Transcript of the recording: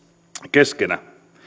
keskenään